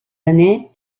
années